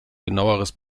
genaueres